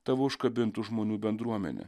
tavo užkabintų žmonių bendruomenę